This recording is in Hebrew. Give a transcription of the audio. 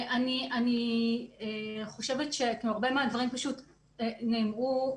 הרבה מהדברים פשוט נאמרו.